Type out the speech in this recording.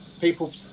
People